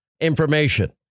information